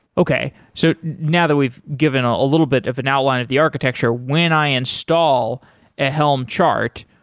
okay. so now that we've given ah a little bit of an outline of the architecture, when i install a helm chart,